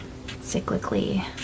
cyclically